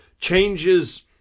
changes